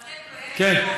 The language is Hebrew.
תוכנית לאומית.